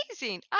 Amazing